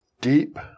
deep